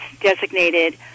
designated